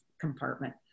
compartment